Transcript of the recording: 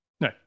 no